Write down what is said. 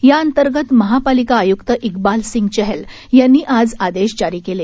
त्याअंतर्गत महापालिका आय्क्त इकबाल सिंग चहल यांनी आज आदेशा जारी केले